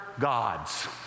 gods